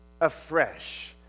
afresh